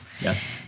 Yes